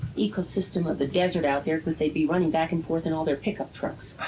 ecosystem of the desert out there because they'd be running back and forth in all their pickup trucks.